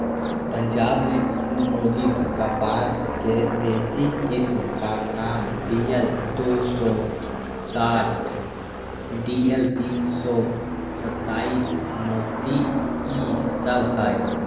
पंजाब में अनुमोदित कपास के देशी किस्म का नाम डी.एल दो सौ साठ डी.एल तीन सौ सत्ताईस, मोती इ सब हई